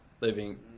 living